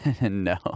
No